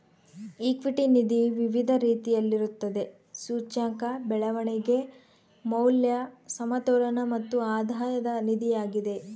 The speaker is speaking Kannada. ಈಕ್ವಿಟಿ ನಿಧಿ ವಿವಿಧ ರೀತಿಯಲ್ಲಿರುತ್ತದೆ, ಸೂಚ್ಯಂಕ, ಬೆಳವಣಿಗೆ, ಮೌಲ್ಯ, ಸಮತೋಲನ ಮತ್ತು ಆಧಾಯದ ನಿಧಿಯಾಗಿದೆ